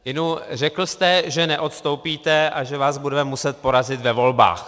Inu, řekl jste, že neodstoupíte a že vás budeme muset porazit ve volbách.